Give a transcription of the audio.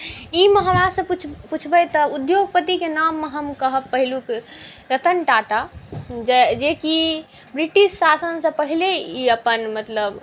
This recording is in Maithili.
ई मे हमरासँ पुछबै तऽ उद्योगपतिके नाममे हम कहब पहिलुक रतन टाटा जे जेकि ब्रिटिश शासनसँ पहिले ई अपन मतलब